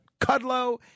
Cudlow